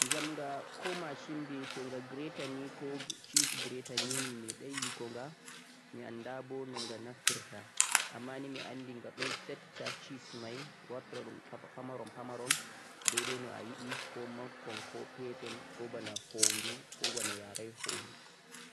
jamghako mashi mei greater ni ko cheese greater ni me medai yikongha mi anda doo naaga naftirta amma ni mi andingha doo setaa cheese mei wartoo dhum pamarom-pamarom dai-dai no ayidi ko mankon ko petal ko boona yaare